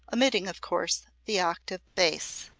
omitting, of course, the octave bass.